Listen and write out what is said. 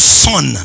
son